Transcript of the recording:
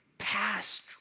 Past